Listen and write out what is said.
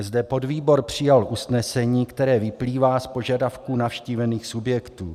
Zde podvýbor přijal usnesení, které vyplývá z požadavků navštívených subjektů.